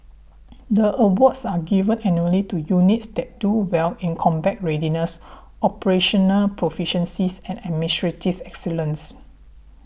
the awards are given annually to units that do well in combat readiness operational proficiencies and administrative excellence